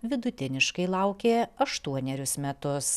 vidutiniškai laukė aštuonerius metus